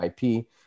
IP